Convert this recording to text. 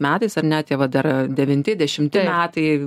metais ar ne tie va dar devinti dešimti metai